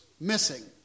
missing